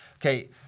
okay